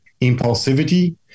Impulsivity